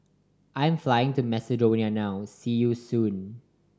I'm flying to Macedonia now see you soon